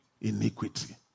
iniquity